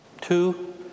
Two